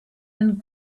and